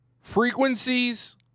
Frequencies